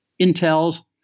Intel's